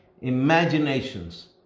imaginations